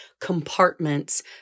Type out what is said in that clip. compartments